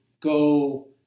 go